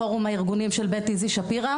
פורום הארגונים של בית "איזי שפירא".